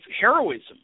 heroism